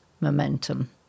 momentum